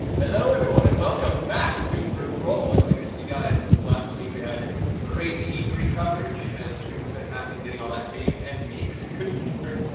hello everyone and welcome back to critical role. i know we missed you guys last week. we had crazy e three coverage and the stream was fantastic in getting all that to you, and to me because i couldn't be there.